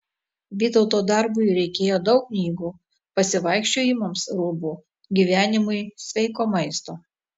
vytauto darbui reikėjo daug knygų pasivaikščiojimams rūbų gyvenimui sveiko maisto